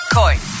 coin